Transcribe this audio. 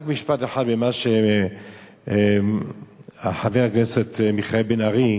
משפט אחד לגבי חבר הכנסת בן-ארי.